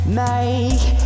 make